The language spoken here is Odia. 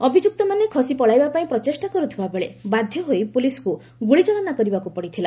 ଅଭିଯୁକ୍ତମାନେ ଖସି ପଳାଇବା ପାଇଁ ପ୍ରଚେଷ୍ଟା କରୁଥିବା ବେଳେ ବାଧ୍ୟ ହୋଇ ପୁଲିସ୍କୁ ଗୁଳି ଚାଳନା କରିବାକୁ ପଡ଼ିଥିଲା